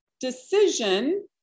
decision